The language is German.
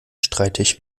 streitig